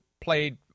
played